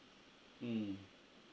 mm